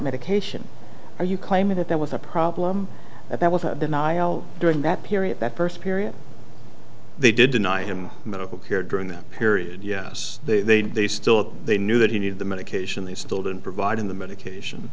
medication are you claiming that there was a problem that that was a denial during that period that first period they did deny him medical care during that period yes they they still if they knew that he needed the medication they still didn't provide in the medication